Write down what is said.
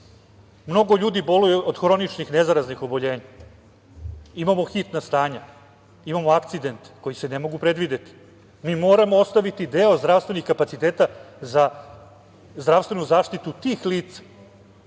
Mnogo ljudi boluje od hroničnih nezaraznih oboljenja. Imamo hitna stanja, imamo akcidente koji se ne mogu predvideti. Mi moramo ostaviti deo zdravstvenih kapaciteta za zdravstvenu zaštitu tih lica.